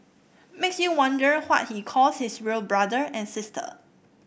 makes you wonder what he calls his real brother and sister